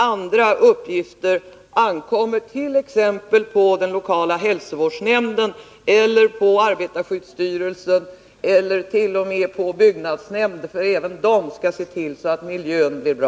Andra uppgifter ankommer på t.ex. den lokala hälsovårdsnämnden, arbetarskyddsstyrelsen och t.o.m. byggnadsnämnden, för även den skall se till att miljön blir bra.